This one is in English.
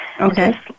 Okay